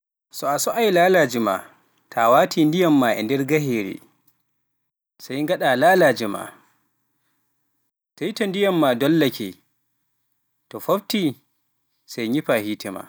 So a so'ay laalaaje maa, ta a waati ndiyam maa e nder gaheere, sey ngaɗaa laalaaje maa, sey to ndiyam maa dollake, to foftii sey nyifaa hiite maa.